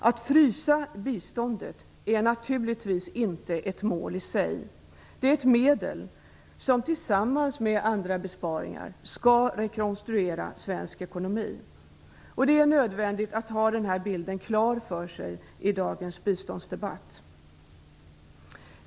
Att frysa biståndet är naturligtvis inte ett mål i sig. Det är ett medel som, tillsammans med andra besparingar, skall rekonstruera svensk ekonomi. Det är nödvändigt att ha den bilden klar för sig i dagens biståndsdebatt.